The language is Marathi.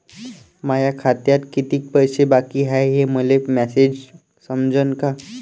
माया खात्यात कितीक पैसे बाकी हाय हे मले मॅसेजन समजनं का?